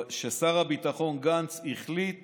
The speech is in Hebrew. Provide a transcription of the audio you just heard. ששר הביטחון גנץ החליט